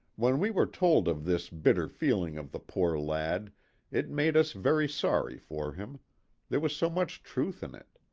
when we were told of this bitter feeling of the poor lad it made us very sorry for him there was so much truth in it.